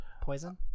Poison